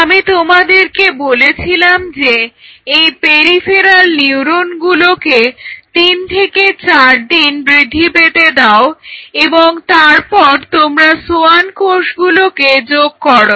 আমি তোমাদেরকে বলেছিলাম যে এই পেরিফেরাল নিউরনগুলোকে তিন থেকে চার দিন বৃদ্ধি পেতে দাও এবং তারপর তোমরা সোয়ান কোষগুলোকে যোগ করো